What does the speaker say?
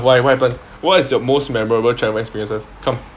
why what happen what is your most memorable travel experiences come